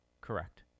correct